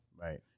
Right